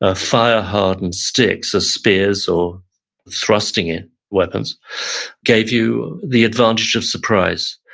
ah fire hardened sticks, or spears, or thrusting-at weapons gave you the advantage of surprise.